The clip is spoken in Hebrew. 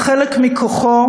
זה חלק מכוחו,